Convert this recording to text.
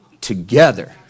together